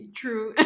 true